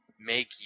make